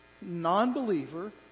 non-believer